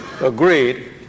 agreed